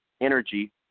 Energy